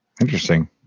Interesting